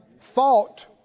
Fought